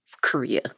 korea